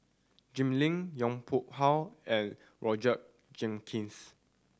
Jim Lim Yong Pung How and Roger Jenkins